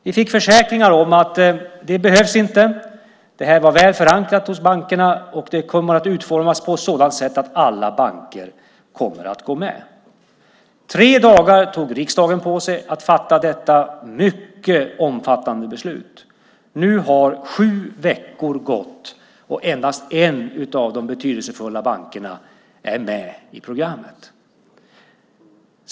Vi fick försäkringar om att det inte behövdes, att det här var väl förankrat hos bankerna och att det skulle utformas på ett sådant sätt att alla banker kommer att gå med. Tre dagar tog riksdagen på sig att fatta detta mycket omfattande beslut. Nu har sju veckor gått, och endast en av de betydelsefulla bankerna är med i programmet.